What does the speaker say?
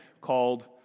called